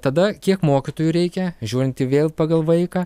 tada kiek mokytojų reikia žiūrinti vėl pagal vaiką